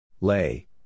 Lay